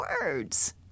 words